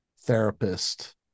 therapist